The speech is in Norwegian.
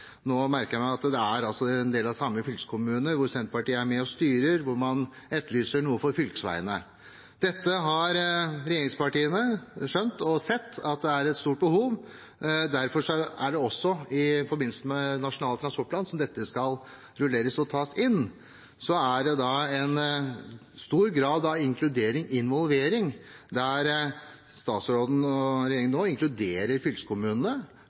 Nå merker jeg meg at det er i en del av de samme fylkeskommunene hvor Senterpartiet er med og styrer, man etterlyser noe for fylkesveiene. Dette har regjeringspartiene skjønt og sett er et stort behov. Derfor er det også i forbindelse med Nasjonal transportplan, som skal rulleres, og der dette skal tas inn i, stor grad av inkludering og involvering. Statsråden og regjeringen inkluderer nå fylkeskommunene